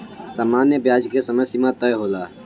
सामान्य ब्याज के समय सीमा तय होला